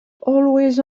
always